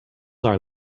are